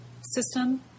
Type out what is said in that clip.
system